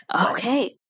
okay